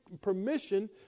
permission